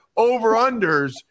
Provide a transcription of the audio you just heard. over-unders